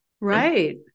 Right